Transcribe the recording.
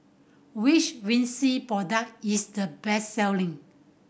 which Vichy product is the best selling